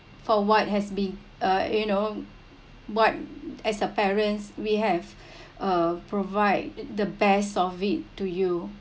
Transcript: for what has been uh you know what as a parents we have uh provide the best of it to you